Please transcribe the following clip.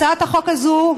הצעת החוק הזאת,